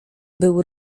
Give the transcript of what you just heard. był